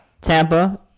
Tampa